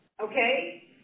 okay